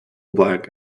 black